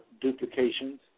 duplications